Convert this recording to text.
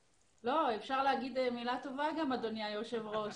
לא, אפשר להגיד מילה טובה גם, אדוני היושב ראש.